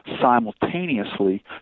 simultaneously